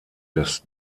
des